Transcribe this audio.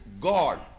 God